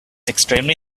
extremely